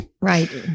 Right